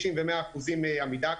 90% ו-100% עמידה,